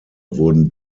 wurden